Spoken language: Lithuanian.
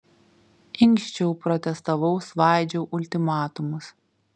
inkščiau protestavau svaidžiau ultimatumus